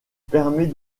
permet